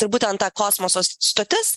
ir būtent ta kosmoso stotis